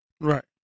Right